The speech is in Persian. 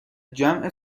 جمع